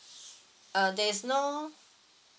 uh there's no